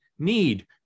need